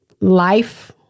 life